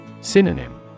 Synonym